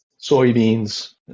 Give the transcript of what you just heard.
soybeans